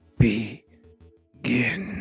begin